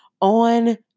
on